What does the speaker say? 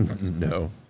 No